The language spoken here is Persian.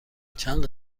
چند